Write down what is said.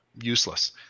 useless